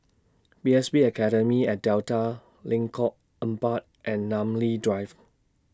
P S B Academy At Delta Lengkok Empat and Namly Drive